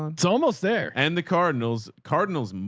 it's almost there. and the cardinals cardinals,